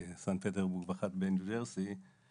בסנט פטרסבורג ואחת בניו ג'רזי,